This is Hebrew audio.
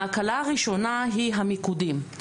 ההקלה הראשונה - המיקודים.